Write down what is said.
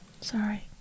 Sorry